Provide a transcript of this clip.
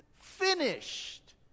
finished